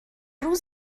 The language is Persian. روز